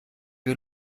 wir